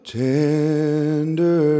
tender